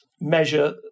measure